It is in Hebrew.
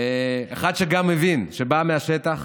אחד שגם מבין, שבא מהשטח,